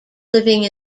living